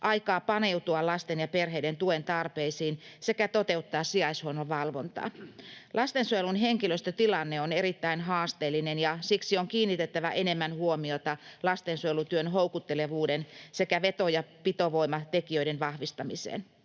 aikaa paneutua lasten ja perheiden tuen tarpeisiin sekä toteuttaa sijaishuollon valvontaa. Lastensuojelun henkilöstötilanne on erittäin haasteellinen, ja siksi on kiinnitettävä enemmän huomiota lastensuojelutyön houkuttelevuuden sekä veto- ja pitovoimatekijöiden vahvistamiseen.